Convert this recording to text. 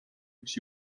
üks